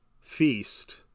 feast